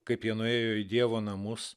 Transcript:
kaip jie nuėjo į dievo namus